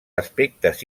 aspectes